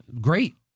Great